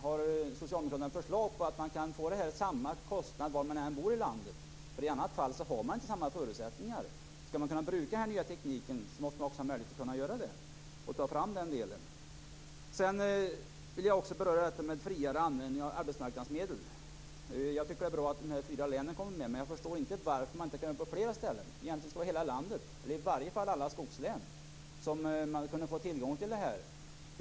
Har socialdemokraterna ett förslag till hur man skall kunna få samma kostnad var än man bor i landet? I annat fall har man inte samma förutsättningar. Skall man kunna bruka den nya tekniken måste man också få möjlighet att göra det. Jag vill också beröra frågan om friare användning av arbetsmarknadsmedel. Jag tycker att det är bra att de fyra länen kommer med, men jag förstår inte varför man inte kan få göra så på flera ställen. Egentligen skulle det gälla i hela landet, eller i varje fall i alla skogslän.